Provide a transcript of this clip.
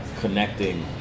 connecting